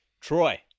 Troy